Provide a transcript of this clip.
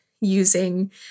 using